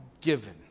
given